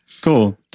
Cool